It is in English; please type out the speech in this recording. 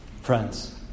Friends